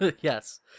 Yes